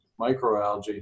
microalgae